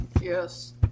Yes